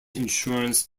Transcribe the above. insurance